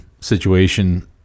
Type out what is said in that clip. situation